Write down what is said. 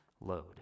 load